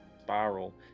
spiral